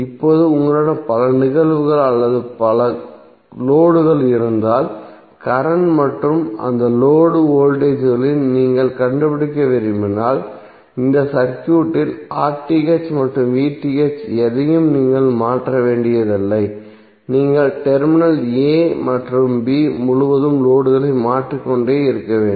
இப்போது உங்களிடம் பல நிகழ்வுகள் அல்லது பல லோடுகள் இருந்தால் கரண்ட் மற்றும் அந்த லோடு வோல்டேஜ்களில் நீங்கள் கண்டுபிடிக்க விரும்பினால் இந்த சர்க்யூட்டில் மற்றும் எதையும் நீங்கள் மாற்ற வேண்டியதில்லை நீங்கள் டெர்மினல் a மற்றும் b முழுவதும் லோடுகளை மாற்றிக் கொண்டே இருக்க வேண்டும்